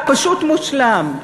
פשוט מושלם.